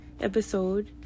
episode